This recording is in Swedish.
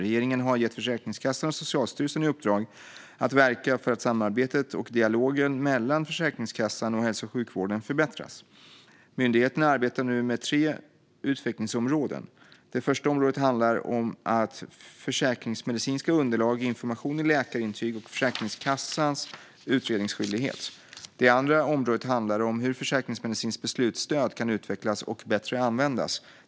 Regeringen har gett Försäkringskassan och Socialstyrelsen i uppdrag att verka för att samarbetet och dialogen mellan Försäkringskassan och hälso och sjukvården förbättras. Myndigheterna arbetar nu med tre utvecklingsområden. Det första området handlar om försäkringsmedicinska underlag, information i läkarintyg och Försäkringskassans utredningsskyldighet. Det andra området handlar om hur försäkringsmedicinskt beslutsstöd kan utvecklas och bättre användas.